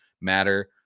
matter